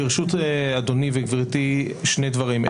ברשות אדוני וגברתי, שני דברים.